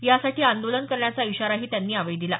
यासाठी आंदोलन करण्याचा इशाराही त्यांनी यावेळी दिला